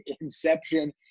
Inception